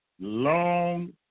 long